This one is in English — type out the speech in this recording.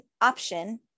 option